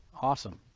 Awesome